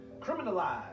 Criminalized